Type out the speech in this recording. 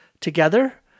together